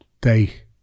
Day